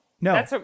No